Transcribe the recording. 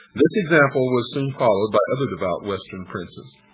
this example was soon followed by other devout western princes.